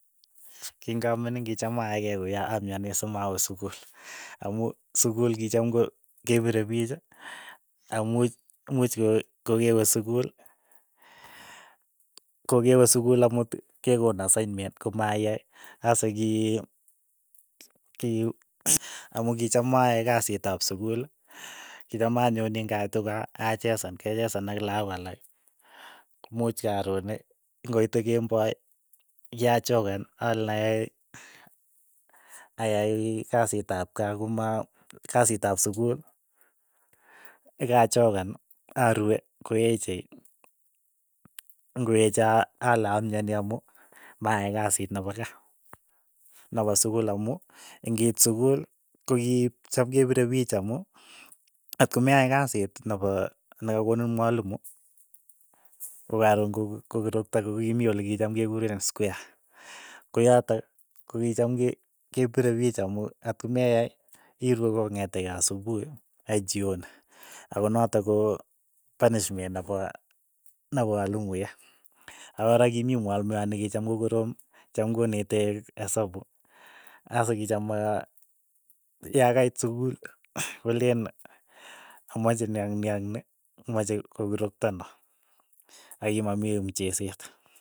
King'amining kicham aae kuyo amyani simawe sukul, amu sukul kicham ko kepire piich, amuuch muuch ko- kokewe sukul kokewe sukul amut kekoon asainment ko maiyai asa ki- ki amu kicham ayai kasiit ap sukul kicham anyoni ng'aitu kaa achesan kechesan ak lakok alak komuuch karon ng'oite kemboi kyachokan aleen ayai ayai kasiit ap kaa koma kasiit ap sukul ye kachokan arue koeche. ng'oeche a- ale amyani amu maai kasiit nepa kaa nepa sukul amu ng'iit sukul kokicham kepirei piich amu atkomeyai kasit nepo nakakonin mwalimu, ko karoon ko- ko- kirokto, kokimii olekicham kekureen skweya, koyotok kokicham ke- kepire piich amu atkimeyai irue kong'etekei asupuhi aii chioni, akonatok koo panishment nepo nepo walimuya, akora kimii mwalimoyot nekicham kokoroom, kicham koneteech hesapu ak kicham aa ya kait sukul koleen amache ni ak ni ak ni, mache kokirokto no, akimamii mcheset.